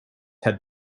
had